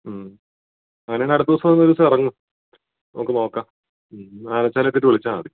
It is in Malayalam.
അങ്ങനെയാണെങ്കിൽ അടുത്ത ദിവസം ഒരു ദിവസം ഇറങ്ങൂ നമുക്ക് നോക്കാം ആനച്ചാൽ എത്തിയിട്ട് വിളിച്ചാൽ മതി